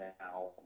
now